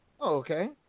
okay